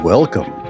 Welcome